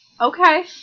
Okay